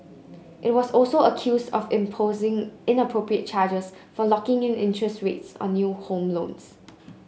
it was also accuse of imposing inappropriate charges for locking in interest rates on new home loans